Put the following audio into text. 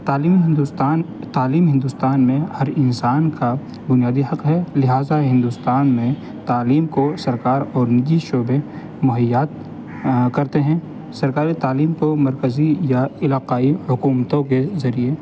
تعلیم ہندوستان تعلیم ہندوستان میں ہر انسان کا بنیادی حق ہے لہٰذا ہندوستان میں تعلیم کو سرکار اور نجی شعبے مہیا کرتے ہیں سرکاری تعلیم کو مرکزی یا علاقائی حکومتوں کے ذریعے